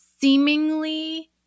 seemingly